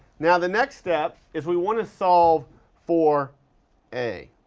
now the next step is we want to solve for a,